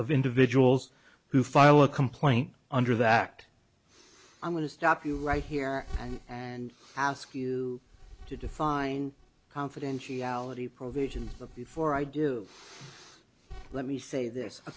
of individuals who file a complaint under that act i'm going to stop you right here and ask you to define confidentiality provision of before i do let me say this